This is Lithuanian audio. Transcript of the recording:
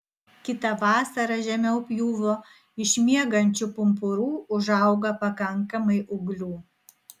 kitą vasarą žemiau pjūvio iš miegančių pumpurų užauga pakankamai ūglių